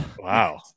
Wow